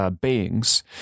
beings